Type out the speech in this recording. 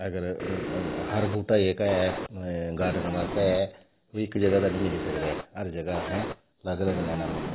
अगर हर बूह्टा ऐ अगर गॉर्डन आस्तै ओह् इक्क जगह दा निं मिली सकदा ऐ हर जगह अलग अलग लैना पौंदा ऐ